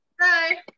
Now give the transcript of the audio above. Hi